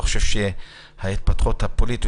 אני לא חושב שההתפתחויות הפוליטיות,